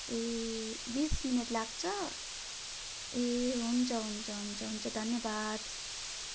ए बिस मिनट लाग्छ ए हुन्छ हुन्छ हुन्छ हुन्छ धन्यवाद